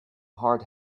hard